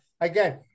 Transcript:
again